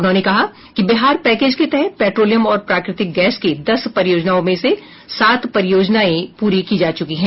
उन्होंने कहा कि बिहार पैकेज के तहत पेट्रोलियम और प्राकृतिक गैस की दस परियोजनाओं में से सात परियोजनाएं प्ररी की जा चुकी हैं